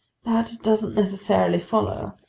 that doesn't necessarily follow,